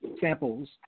samples